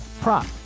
prop